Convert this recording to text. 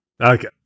Okay